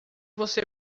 você